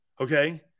Okay